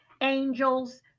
angels